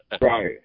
Right